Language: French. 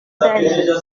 d’elle